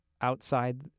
outside